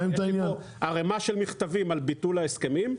יש לי ערימה של מכתבים על ביטול ההסכמים.